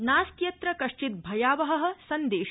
नास्त्यत्र कथ्चित् भयावह सन्देश